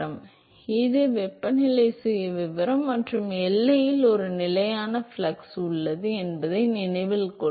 எனவே இது வெப்பநிலை சுயவிவரம் மற்றும் எல்லையில் ஒரு நிலையான ஃப்ளக்ஸ் உள்ளது என்பதை நினைவில் கொள்க